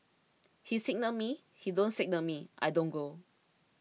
he signal me he don't signal me I don't go